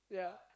yeah